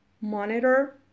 monitor